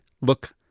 look